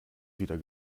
wieder